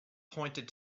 pointed